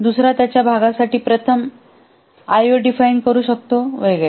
दुसरा त्याच्या भागासाठी प्रथम आयओ डिफाइन करू शकतो वगैरे